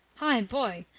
hi, boy!